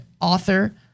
author